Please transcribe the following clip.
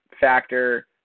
factor